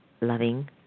loving